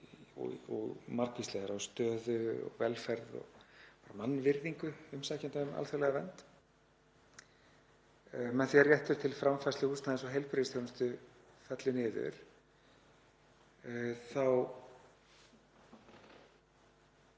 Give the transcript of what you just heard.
og margvíslegar á stöðu, velferð og bara mannvirðingu umsækjenda um alþjóðlega vernd. Með því að réttur til framfærslu, húsnæðis og heilbrigðisþjónustu fellur niður þá